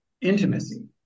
intimacy